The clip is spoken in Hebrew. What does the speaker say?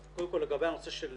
לגבי הנושא של